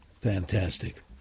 Fantastic